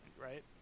right